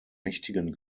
mächtigen